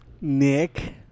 Nick